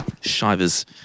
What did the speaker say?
Shivers